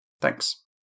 Thanks